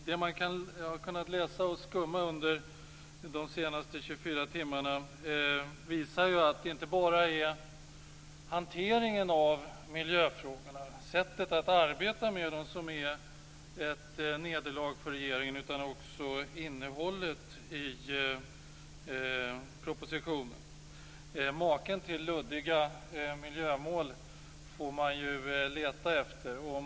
Det jag har kunnat skumma under de senaste 24 timmarna visar att det inte bara är hanteringen av miljöfrågorna, sättet att arbeta med dem, som är ett nederlag för regeringen utan också innehållet i propositionen. Maken till luddiga miljömål får man leta efter.